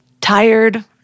Tired